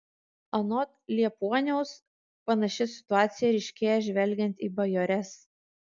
anot liepuoniaus panaši situacija ryškėja žvelgiant į bajores